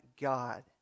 God